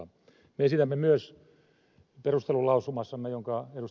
me esitämme myös perustelulausumassamme jonka ed